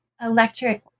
electric